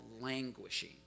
languishing